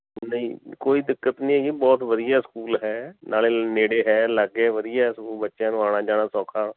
ਨਹੀਂ ਕੋਈ ਦਿੱਕਤ ਨਹੀਂ ਹੈਗੀ ਬਹੁਤ ਵਧੀਆ ਸਕੂਲ ਹੈ ਨਾਲੇ ਨੇੜੇ ਹੈ ਲਾਗੇ ਵਧੀਆ ਸਕੂ ਬੱਚਿਆਂ ਨੂੰ ਆਉਣਾ ਜਾਣਾ ਸੌਖਾ